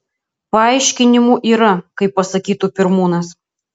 paaiškinimų yra kaip pasakytų pirmūnas